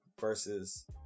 versus